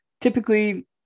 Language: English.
typically